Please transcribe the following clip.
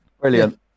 Brilliant